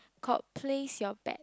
called place your bet